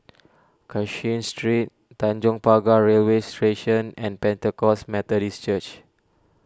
Cashin Street Tanjong Pagar Railway Station and Pentecost Methodist Church